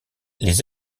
les